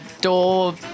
door